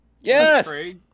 Yes